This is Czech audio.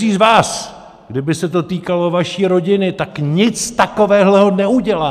Každý z vás, kdyby se to týkalo vaší rodiny, tak nic takového neudělá!